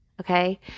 okay